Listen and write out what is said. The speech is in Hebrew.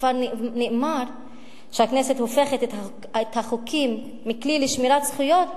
וכבר נאמר שהכנסת הופכת את החוקים מכלי לשמירת זכויות